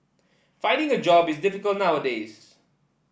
finding a job is difficult nowadays